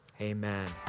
amen